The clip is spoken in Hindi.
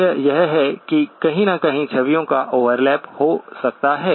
तथ्य यह है कि कहीं न कहीं छवियों का ओवरलैप हो सकता है